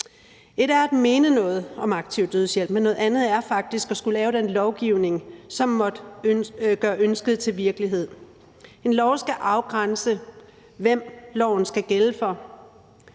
Ét er at mene noget om aktiv dødshjælp, noget andet er faktisk at skulle lave den lovgivning, som måtte gøre ønsket til virkelighed. En lov skal afgrænse, hvem loven skal gælde for.